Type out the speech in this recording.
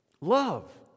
Love